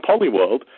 polyworld